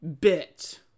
bit